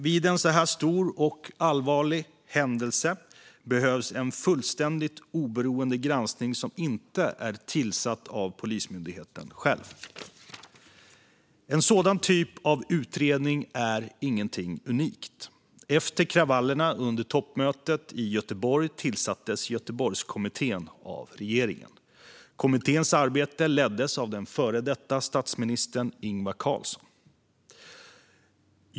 Vid en så här stor och allvarlig händelse behövs dock en fullständigt oberoende granskning som inte är tillsatt av Polismyndigheten själv. En sådan typ av utredning är ingenting unikt. Efter kravallerna under toppmötet i Göteborg tillsattes Göteborgskommittén av regeringen. Kommitténs arbete leddes av den före detta statsministern Ingvar Carlsson.